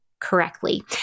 Correctly